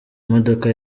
modoka